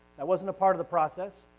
that wasn't part of the process.